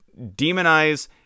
demonize